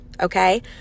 Okay